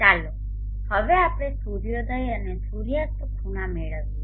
ચાલો હવે આપણે સૂર્યોદય અને સૂર્યાસ્ત ખૂણા મેળવીએ